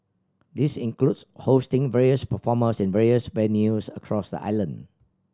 this includes hosting various performers in various venues across the island